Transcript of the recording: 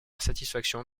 satisfaction